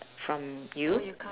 from you